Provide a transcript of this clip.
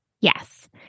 Yes